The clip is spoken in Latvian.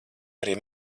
arī